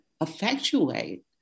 effectuate